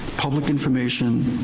public information